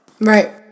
Right